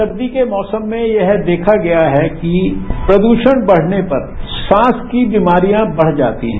सर्दी के मौसम में यह देखा गया है कि प्रदूषण बढ़ने पर सांस की बीमारियां बढ़ जाती हैं